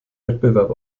wettbewerb